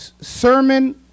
sermon